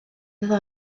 iddo